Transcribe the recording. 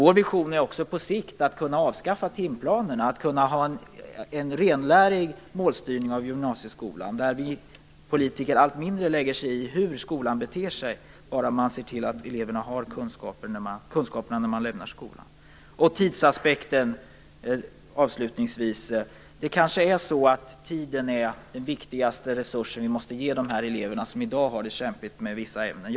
Vår vision är också på sikt att kunna avskaffa timplanerna, att kunna ha en renlärig målstyrning av gymnasieskolan där vi politiker allt mindre lägger oss i hur skolan beter sig, bara den ser till att eleverna har kunskaperna när de lämnar skolan. Avslutningsvis vill jag ta upp tidsaspekten. Det kanske är så att tiden är den viktigaste resurs vi måste ge de elever som i dag har det kämpigt med vissa ämnen.